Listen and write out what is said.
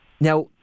Now